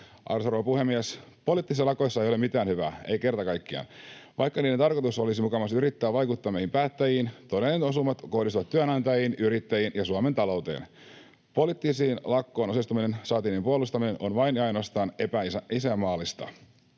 rouva puhemies! Poliittisissa lakoissa ei ole mitään hyvää, ei kerta kaikkiaan. Vaikka niiden tarkoitus olisi mukamas yrittää vaikuttaa meihin päättäjiin, todelliset osumat kohdistuvat työnantajiin, yrittäjiin ja Suomen talouteen. Poliittiseen lakkoon osallistuminen, saati niiden puolustaminen, on vain ja ainoastaan epäisänmaallista.